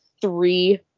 three